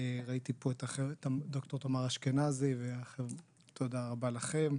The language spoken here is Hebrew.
ראיתי פה את ד"ר תמר אשכנזי ואחרים תודה רבה לכם.